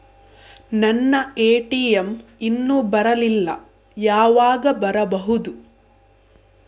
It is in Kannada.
ನನ್ನ ಎ.ಟಿ.ಎಂ ಇನ್ನು ಬರಲಿಲ್ಲ, ಯಾವಾಗ ಬರಬಹುದು?